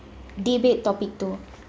debate topic two